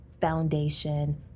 foundation